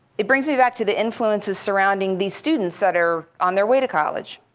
it brings me back to the influences surrounding these students that are on their way to college.